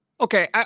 Okay